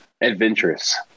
adventurous